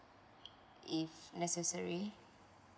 if necessary